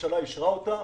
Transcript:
שהממשלה אישרה אותה.